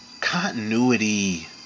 continuity